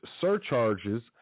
surcharges